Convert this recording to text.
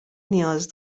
نیاز